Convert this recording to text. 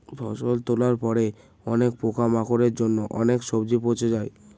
ফসল তোলার পরে অনেক পোকামাকড়ের জন্য অনেক সবজি পচে যায়